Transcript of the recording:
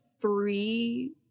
three